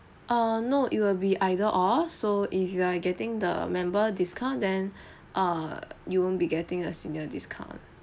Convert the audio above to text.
err no it will be either or so if you are getting the member discount then uh you won't be getting a senior discount